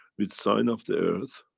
with sign of the earth,